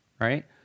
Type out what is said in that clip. right